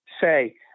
say